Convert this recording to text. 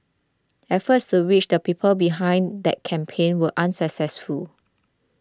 efforts to reach the people behind that campaign were unsuccessful